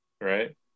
Right